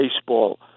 Baseball